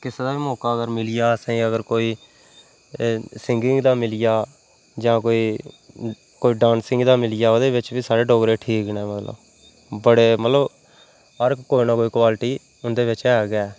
किसे दा बी मौका अगर मिली जा असें गी अगर कोई एह् सिंगिंग दा मिली जा जां कोई कोई डांसिंग दा मिली जा ओह्दे बिच्च बी साढ़े डोगरे ठीक न मतलब बड़े मतलब हर कुसै न कोई न कोई क्वालटी उं'दे बिच्च ऐ गै ऐ